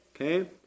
okay